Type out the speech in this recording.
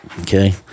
Okay